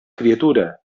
criatura